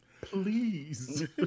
Please